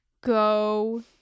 go